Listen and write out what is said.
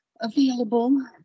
available